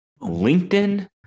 LinkedIn